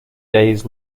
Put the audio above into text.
days